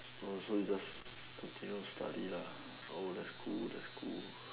oh so you just continue study lah oh that's cool that's cool